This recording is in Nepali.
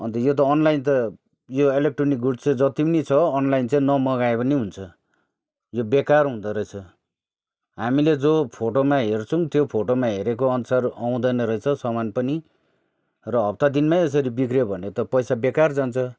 अन्त यो त अनलाइन त यो इलेक्ट्रोनिक गुड्स चाहिँ जति पनि छ अनलाइन चाहिँ न मगाए पनि हुन्छ यो बेकार हुँदो रहेछ हामीले जो फोटोमा हेर्छौँ त्यो फोटोमा हेरेको अनुसार आउँदैन रहेछ सामान पनि र हप्ता दिनमै यसरी बिग्रियो भने त पैसा बेकार जान्छ